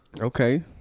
Okay